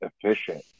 efficient